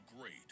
great